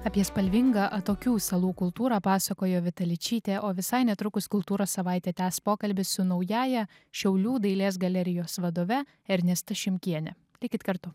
apie spalvingą atokių salų kultūrą pasakojo vita ličytė o visai netrukus kultūros savaitę tęs pokalbį su naująja šiaulių dailės galerijos vadove ernesta šimkiene likit kartu